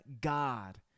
God